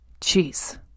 cheese